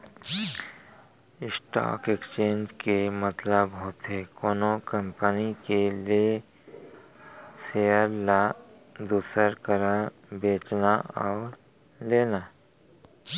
stock exchange के मतलब होथे कोनो कंपनी के लेय सेयर ल दूसर करा बेचना अउ लेना